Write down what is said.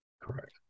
Correct